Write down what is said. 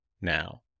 now